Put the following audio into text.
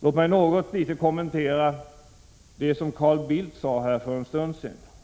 Låt mig något litet kommentera det som Carl Bildt sade för en stund sedan.